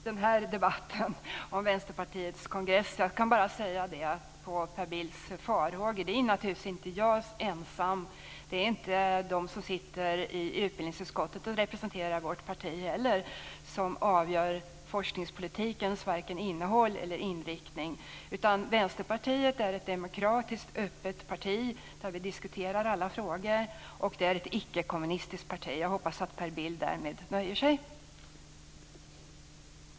Fru talman! Jag ska inte fördjupa mig i debatten om Vänsterpartiets kongress. Låt mig bara apropå Per Bills farhågor säga att det naturligtvis inte är jag ensam, och inte heller de som sitter som representanter för vårt parti i utbildningsutskottet, som avgör vare sig forskningspolitikens innehåll eller dess inriktning. Vänsterpartiet är ett demokratiskt och öppet parti där vi diskuterar alla frågor. Det är också ett icke-kommunistiskt parti. Jag hoppas att Per Bill nöjer sig därmed.